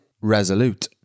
Resolute